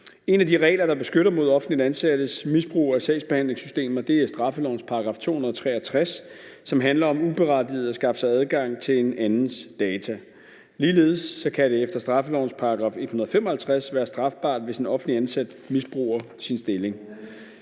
En af de regler, der beskytter mod offentligt ansattes misbrug af sagsbehandlingssystemer er straffelovens § 263, som handler om uberettiget at skaffe sig adgang til en andens data. Ligeledes kan det efter straffelovens § 155 være strafbart, hvis en offentligt ansat misbruger sin stilling.